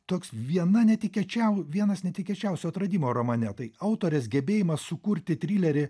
toks viena netikėčiau vienas netikėčiausių atradimų romane tai autorės gebėjimas sukurti trilerį